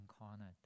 incarnate